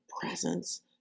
presence